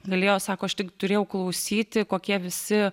galėjo sako aš tik turėjau klausyti kokie visi